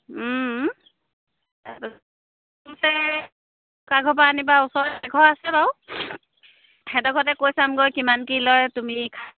কৈ চামগৈ কিমান কি লয় তুমি